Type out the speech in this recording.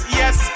yes